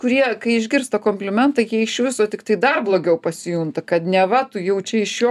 kurie kai išgirsta komplimentą jie iš viso tiktai dar blogiau pasijunta kad neva tu jau čia iš jo